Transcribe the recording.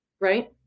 Right